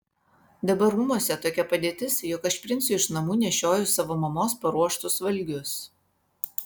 dabar rūmuose tokia padėtis jog aš princui iš namų nešioju savo mamos paruoštus valgius